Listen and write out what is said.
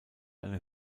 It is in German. eine